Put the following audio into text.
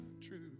true